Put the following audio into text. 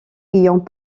ayant